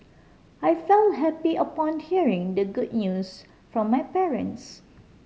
I felt happy upon hearing the good news from my parents